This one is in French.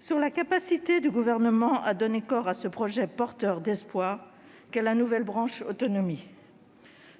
sur la capacité du Gouvernement à donner corps à ce projet porteur d'espoirs qu'est la nouvelle branche autonomie.